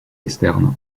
externe